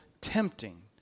tempting